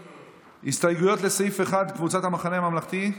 הסתייגויות לסעיף 1. קבוצת המחנה הממלכתי,